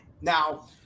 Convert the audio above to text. Now